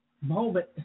moment